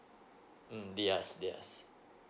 mm yes yes